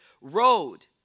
road